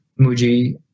Muji